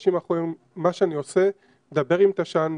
בחודשים האחרונים מה שאני עושה אני מדבר עם תש"ן,